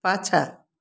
पाँछा